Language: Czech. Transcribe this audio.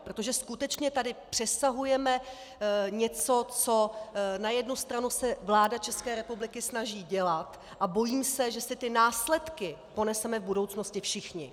Protože skutečně tady přesahujeme něco, co na jednu stranu se vláda České republiky snaží dělat, a bojím se, že si ty následky poneseme v budoucnosti všichni.